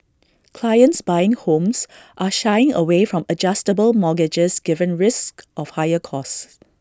clients buying homes are shying away from adjustable mortgages given risks of higher costs